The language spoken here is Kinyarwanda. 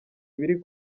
ibiri